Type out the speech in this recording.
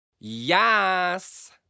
Yes